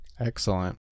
excellent